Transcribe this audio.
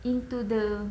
into the